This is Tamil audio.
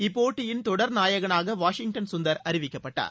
இப்போட்டியின் தொடர் நாயகனாக வாஷிங்டள் சுந்தர் அறிவிக்கப்பட்டார்